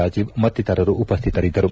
ರಾಜೀವ್ ಮತ್ತಿತರರು ಉಪಸ್ಟಿತರಿದ್ದರು